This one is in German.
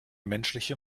menschliche